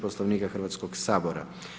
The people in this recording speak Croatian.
Poslovnika Hrvatskog sabora.